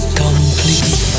complete